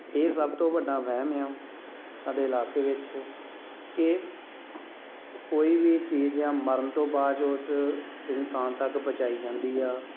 ਇਹ ਸਭ ਤੋਂ ਵੱਡਾ ਵਹਿਮ ਆ ਸਾਡੇ ਇਲਾਕੇ ਵਿੱਚ ਕਿ ਕੋਈ ਵੀ ਚੀਜ਼ ਆ ਮਰਨ ਤੋਂ ਬਾਅਦ ਜੋ ਉਸ ਇਨਸਾਨ ਤੱਕ ਪਹੁੰਚਾਈ ਜਾਂਦੀ ਆ